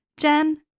Jen